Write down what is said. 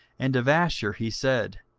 and of asher he said,